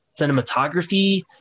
cinematography